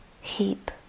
heap